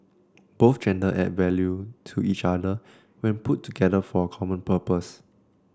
both gender add value to each other when put together for a common purpose